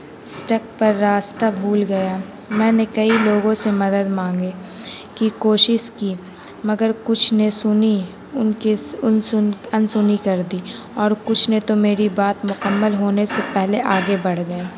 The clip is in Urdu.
سڑک پر راستہ بھول گیا میں نے کئی لوگوں سے مدد مانگے کی کوشش کی مگر کچھ نے سنی ان کے ان ان سونی کر دی اور کچھ نے تو میری بات مکمل ہونے سے پہلے آگے بڑھ گئے